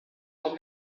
old